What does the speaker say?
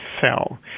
cell